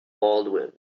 baldwin